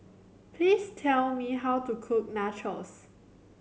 please tell me how to cook Nachos